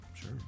Sure